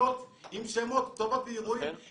בכמויות עם שמות, כתובות ואירועים.